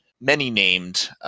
many-named